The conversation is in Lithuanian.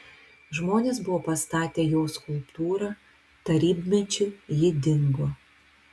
žmonės buvo pastatę jos skulptūrą tarybmečiu ji dingo